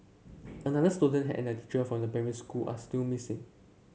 another student and a teacher from the primary school are still missing